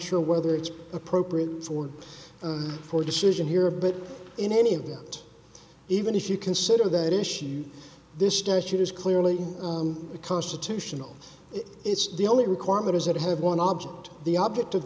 sure whether it's appropriate for for decision here but in any amount even if you consider that issue this statute is clearly constitutional it's the only requirement is that i have one object the object of